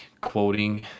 quoting